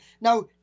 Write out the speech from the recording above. now